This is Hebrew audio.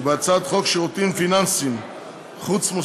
ובהצעת חוק שירותים פיננסיים חוץ-מוסדיים,